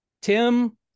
Tim